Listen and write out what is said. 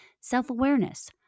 self-awareness